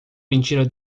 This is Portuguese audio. mentira